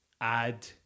add